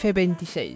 F26